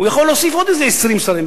הוא יכול להוסיף עוד איזה 20 שרים.